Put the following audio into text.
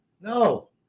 No